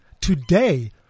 Today